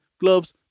gloves